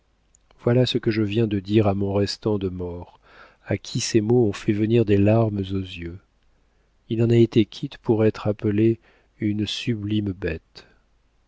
voilà ce que je viens de dire à mon restant de maure à qui ces mots ont fait venir des larmes aux yeux il en a été quitte pour être appelé une sublime bête